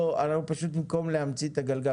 במקום להמציא את הגלגל,